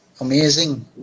amazing